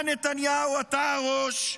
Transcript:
אתה, נתניהו, אתה הראש,